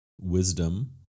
wisdom